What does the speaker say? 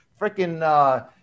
freaking –